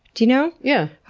you know? yeah.